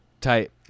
tight